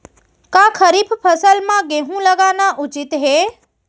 का खरीफ फसल म गेहूँ लगाना उचित है?